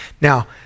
Now